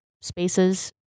spaces